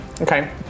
Okay